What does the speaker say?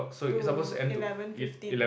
to eleven fifteen